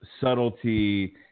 subtlety